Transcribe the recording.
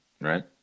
right